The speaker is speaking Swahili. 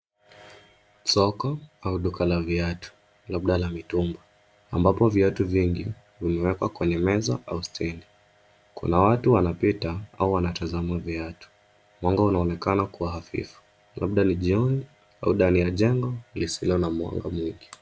Soko au duka la viatu labda la mitumba ambapo viatu vingi vimewekwa kwenye meza au stendi kuna watu wanapita au wanatazama viatu .Mwanga unaonekana kwa hafifu labda ni jioni au ndani ya jengo lisilo na mwanga mingi.